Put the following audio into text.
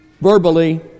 verbally